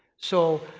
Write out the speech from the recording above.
so,